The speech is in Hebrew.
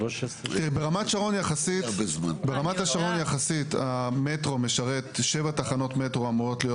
ברמת השרון יחסית המטרו משרת שבע תחנות מטרו אמורות להיות